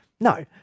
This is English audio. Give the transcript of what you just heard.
No